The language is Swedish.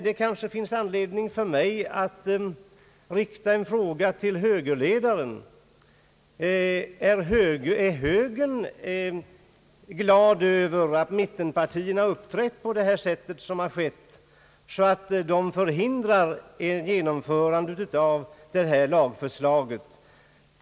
Det kanske finns anledning för mig att rikta en fråga till högerledaren: Är högern glad över att mittenpartierna har uppträtt så som de har gjort, så att de förhindrar ett genomförande av detta lagförslag?